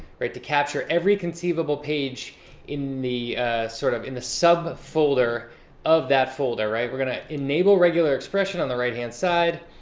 right? to capture every conceivable page in the sort of in the sub-folder of that folder. right? we're going to enable regular expression on the right hand side.